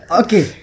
okay